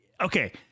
Okay